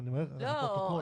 לא,